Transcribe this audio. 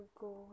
go